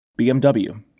BMW